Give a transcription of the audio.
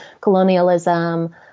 colonialism